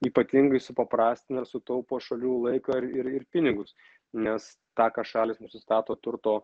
ypatingai supaprastina ir sutaupo šalių laiką ir ir ir pinigus nes tą ką šalys nusistato turto